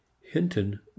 hinton